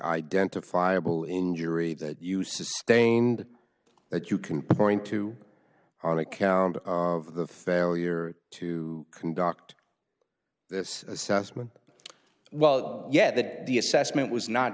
identifiable injury that you sustained that you can point to on account of the failure to conduct this assessment well yet that the assessment was not